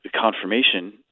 confirmation